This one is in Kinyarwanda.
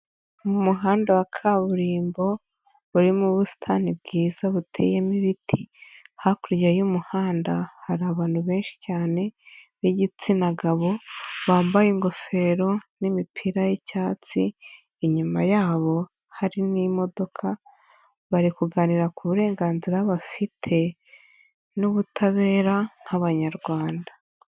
Mu muhanda wa kaburimbo, urimo ubusitani bwiza buteyemo ibiti, hakurya y'umuhanda hari abantu benshi cyane b'igitsina gabo, bambaye ingofero n'imipira y'icyatsi, inyuma yabo hari n'imodoka, bari kuganira ku burenganzira bafite n'ubutabera nk'Abanyarwanda.